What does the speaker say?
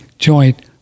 joint